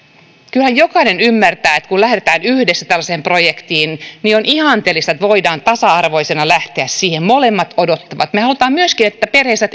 kyllähän jokainen ymmärtää että kun lähdetään yhdessä tällaiseen projektiin niin on ihanteellista että voidaan tasa arvoisena lähteä siihen molemmat odottavat me haluamme myöskin että perheessä